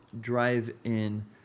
drive-in